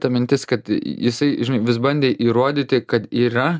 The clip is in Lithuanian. ta mintis kad jisai žinai vis bandė įrodyti kad yra